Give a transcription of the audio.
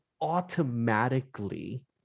automatically